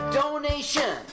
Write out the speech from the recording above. donation